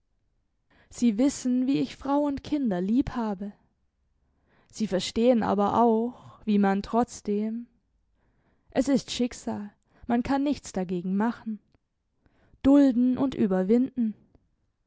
sie wissen wie ich frau und kinder lieb habe sie verstehen aber auch wie man trotzdem es ist schicksal man kann nichts dagegen machen dulden und überwinden